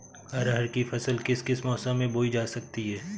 अरहर की फसल किस किस मौसम में बोई जा सकती है?